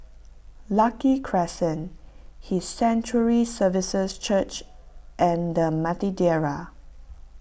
Lucky Crescent His Sanctuary Services Church and the Madeira